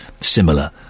similar